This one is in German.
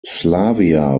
slavia